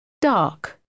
Dark